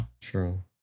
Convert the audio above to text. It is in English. true